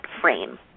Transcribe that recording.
frame